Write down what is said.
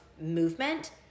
movement